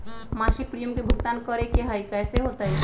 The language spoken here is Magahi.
मासिक प्रीमियम के भुगतान करे के हई कैसे होतई?